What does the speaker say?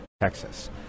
Texas